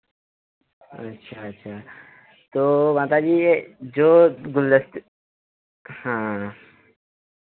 अच्छा अच्छा तो माताजी ये जो गुलदस्ते हाँ